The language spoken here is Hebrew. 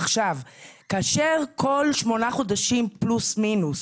עכשיו, כאשר כל שמונה חודשים פלוס מינוס